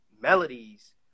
melodies